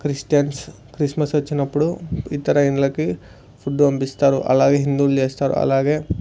Christians Christmas వచ్చినప్పుడు ఇతర ఇండ్లకి ఫుడ్ పంపిస్తారు అలాగే హిందువులు చేస్తారు అలాగే